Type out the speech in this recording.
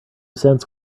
cents